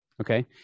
okay